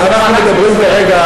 אנחנו מדברים כרגע,